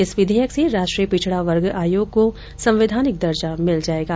इस विधेयक से राष्ट्रीय पिछड़ा वर्ग आयोग को संवैधानिक दर्जा मिल जाएगा